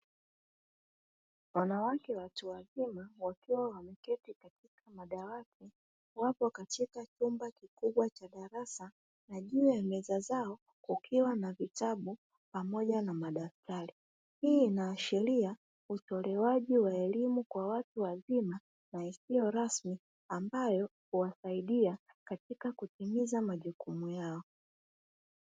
Wanawake watu wazima wakiwa wameketi kwenye madawati, wapo katika chumba kikubwa cha darasa na juu ya meza zao kukiwa na vitabu pamoja na madaftari. Hii inaashiria utolewaji wa elimu kwa watu wazima na isiyo rasmi, ambayo huwasaidia katika kutimiza majukumu yao.